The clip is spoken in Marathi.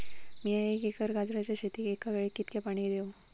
मीया एक एकर गाजराच्या शेतीक एका वेळेक कितक्या पाणी देव?